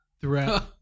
throughout